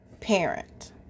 parent